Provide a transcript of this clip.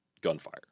gunfire